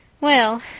Well